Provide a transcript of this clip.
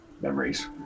memories